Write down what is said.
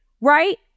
right